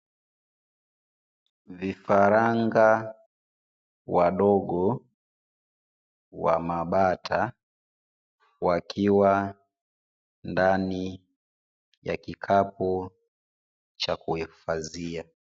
Vifaranga wadogo wa mabata wakiwa ndani ya kikapu cha kuhifadhia.